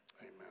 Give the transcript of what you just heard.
amen